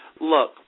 look